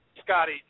Scotty